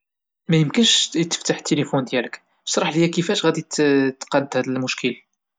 ميمكنش اتفتح التيلفون ديالك شرح ليا كفاش اتقاد هاد المشكل؟